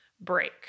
break